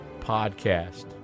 podcast